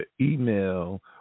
email